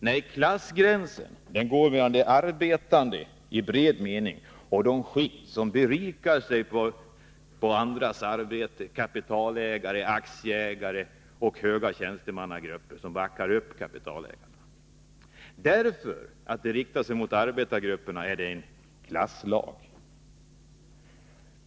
Nej, klassgränsen går mellan de arbetande i bred mening och de skikt som berikar sig på andras arbete — kapitalägare, aktieägare och höga tjänstemän som backar upp kapitalägarna. Bestämmelsen om karensdagar riktar sig mot arbetargrupperna. Därför är den en klasslag.